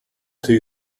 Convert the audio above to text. two